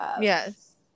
yes